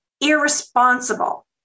irresponsible